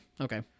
Okay